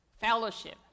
fellowship